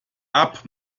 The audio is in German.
app